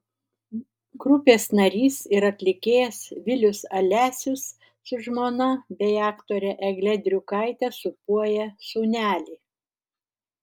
grupės narys ir atlikėjas vilius alesius su žmona bei aktore egle driukaite sūpuoja sūnelį